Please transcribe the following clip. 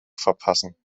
verpassen